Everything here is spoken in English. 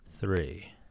three